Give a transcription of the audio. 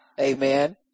Amen